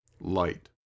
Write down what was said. light